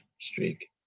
streak